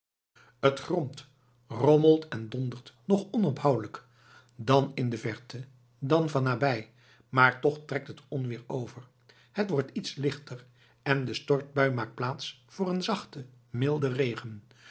t gromt rommelt en dondert nog onophoudelijk dan in de verte dan van nabij maar toch trekt het onweer over het wordt iets lichter en de stortbui maakt plaats voor een zachten milden regen